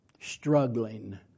struggling